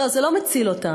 לא, זה לא מציל אותנו.